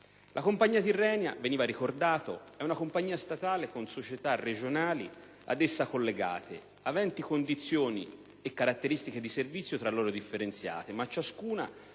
La compagnia Tirrenia, come veniva ricordato, è una compagnia statale con società regionali ad essa collegate, avente condizioni e caratteristiche di servizio tra loro differenziate. Ciascuna,